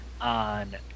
on